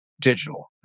digital